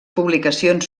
publicacions